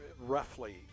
roughly